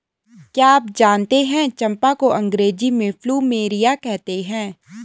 क्या आप जानते है चम्पा को अंग्रेजी में प्लूमेरिया कहते हैं?